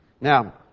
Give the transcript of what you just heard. Now